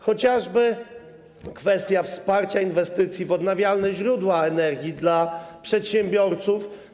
Chociażby kwestia wsparcia inwestycji w odnawialne źródła energii dla przedsiębiorców.